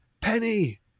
Penny